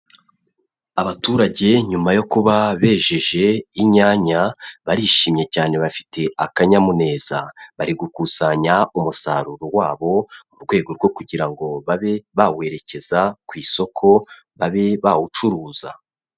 Abaturage nyuma yo kuba bejeje inyanya barishimye cyane bafite akanyamuneza, bari gukusanya umusaruro wabo mu rwego rwo kugira ngo babe bawerekeza ku isoko babe bawucuruza.